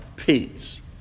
Peace